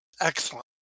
Excellent